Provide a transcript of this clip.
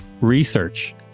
Research